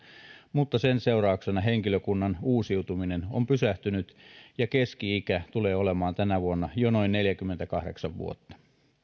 mutta sen seurauksena henkilökunnan uusiutuminen on pysähtynyt ja keski ikä tulee olemaan tänä vuonna jo noin neljäkymmentäkahdeksan vuotta